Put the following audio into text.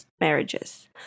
marriages